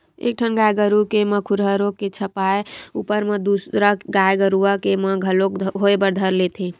एक ठन गाय गरु के म खुरहा रोग के छपाय ऊपर म दूसर गाय गरुवा मन के म घलोक होय बर धर लेथे